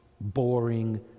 boring